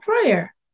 prayer